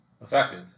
effective